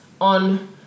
on